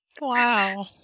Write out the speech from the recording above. Wow